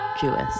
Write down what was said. Jewish